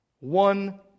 One